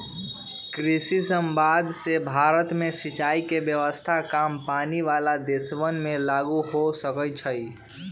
कृषि समवाद से भारत में सिंचाई के व्यवस्था काम पानी वाला देशवन में लागु हो सका हई